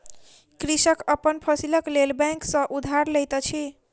कृषक अपन फसीलक लेल बैंक सॅ उधार लैत अछि